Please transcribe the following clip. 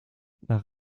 nach